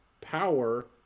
power